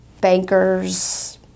bankers